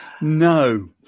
No